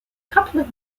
coupling